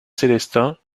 célestins